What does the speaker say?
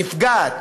נפגעת,